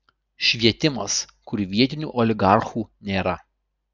švietimas kur vietinių oligarchų nėra